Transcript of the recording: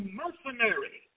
mercenary